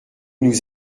nous